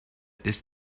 ist